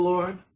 Lord